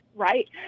Right